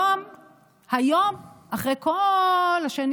מתי מוכנה התוכנית?